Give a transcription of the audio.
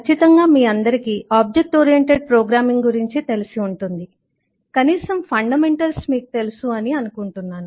ఖచ్చితంగా మీ అందరికీ ఆబ్జెక్ట్ ఓరియంటెడ్ ప్రోగ్రామింగ్ గురించి తెలిసి ఉంటుంది కనీసం ఫండమెంటల్స్ మీకు తెలుసు అని అనుకుంటున్నాను